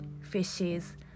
fishes